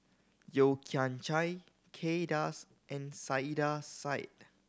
Yeo Kian Chai Kay Das and Saiedah Said